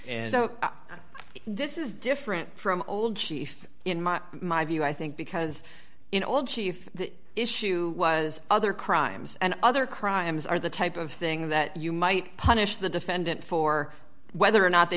so this is different from old chief in my my view i think because in old chief the issue was other crimes and other crimes are the type of thing that you might punish the defendant for whether or not they